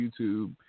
YouTube